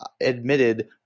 admitted